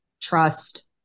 trust